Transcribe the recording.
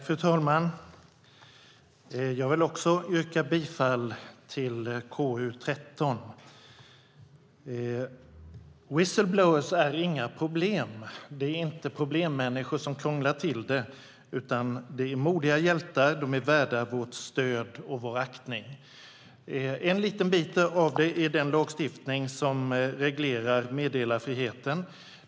Fru talman! Jag vill också yrka bifall till förslaget i 2011/12:KU13. Whistle-blowers är inget problem. De är inga problemmänniskor som krånglar till det, utan de är modiga hjältar som är värda vårt stöd och vår aktning. En liten bit av det är den lagstiftning som reglerar meddelarfriheten.